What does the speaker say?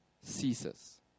ceases